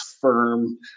firm